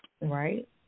right